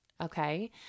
okay